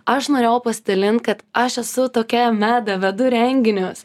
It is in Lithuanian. aš norėjau pasidalint kad aš esu tokia meda vedu renginius